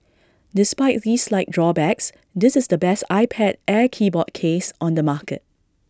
despite these slight drawbacks this is the best iPad air keyboard case on the market